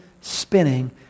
spinning